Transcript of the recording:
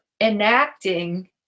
enacting